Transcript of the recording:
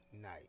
night